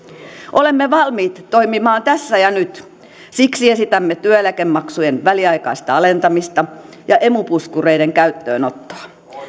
olemme valmiit toimimaan tässä ja nyt siksi esitämme työeläkemaksujen väliaikaista alentamista ja emu puskureiden käyttöönottoa